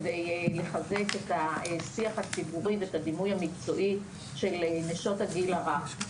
כדי לחזק את השיח הציבורי ואת הדימוי המקצועי של נשות הגיל הרך.